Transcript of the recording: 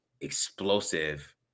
explosive